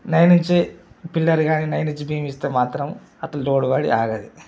nine inch pillar కానీ nine inch beam ఇస్తే మాత్రం అటు లోడు పడి ఆగదు